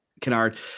canard